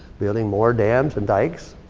building more dams and dikes.